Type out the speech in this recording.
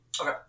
Okay